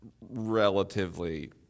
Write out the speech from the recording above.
relatively